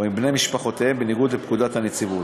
או עם בני משפחותיהם, בניגוד לפקודות הנציבות.